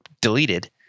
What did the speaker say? deleted